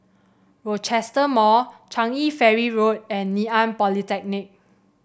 Rochester Mall Changi Ferry Road and Ngee Ann Polytechnic